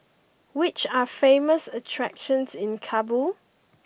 which are the famous attractions in Kabul